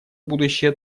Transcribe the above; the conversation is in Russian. будущее